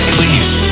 Please